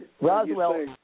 Roswell